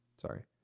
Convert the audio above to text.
Sorry